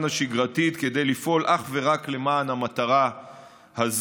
השגרתית כדי לפעול אך ורק למען המטרה הזאת.